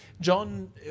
John